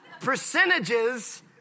percentages